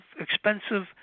expensive